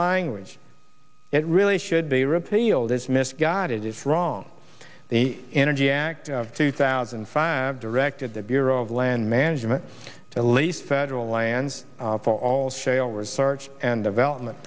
language it really should be repealed is misguided is wrong the energy act of two thousand and five directed the bureau of land management to lease federal lands for all shale research and development